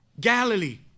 Galilee